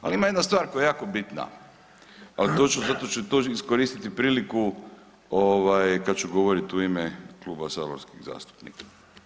Ali ima jedna stvar koja je jako bitna, ali to ću, zato ću iskoristiti priliku kad ću govoriti u ime kluba saborskih zastupnika.